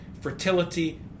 fertility